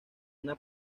una